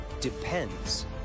depends